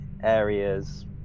Areas